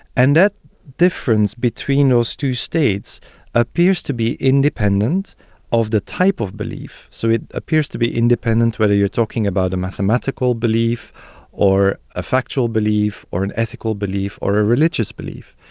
and that difference between those two states appears to be independent of the type of belief. so it appears to be independent, whether you are talking about a mathematical belief or a factual belief or an ethical belief or a religious belief.